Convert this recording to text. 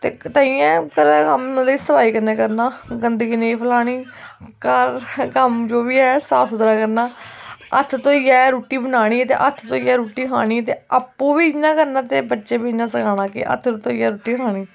ते ताइयें घरै दा कम्म मतलब कि सफाई कन्नै करना गंदगी नेईं फलानी घर कम्म जो बी ऐ साफ सुथरी करना हत्थ धोइयै रुट्टी बनानी ते हत्थ धोइयै रुट्टी खानी आपूं ही इ'यां करना ते बच्चें गी बी इ'यां गै सखानी कि हत्थ हुत्थ धोइयै रुट्टी खानी